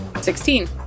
Sixteen